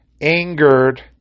angered